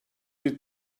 bir